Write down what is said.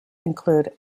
include